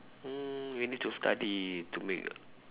mm you need to study to make